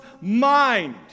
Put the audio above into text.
mind